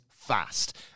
Fast